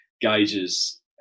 gauges